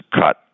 cut